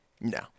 No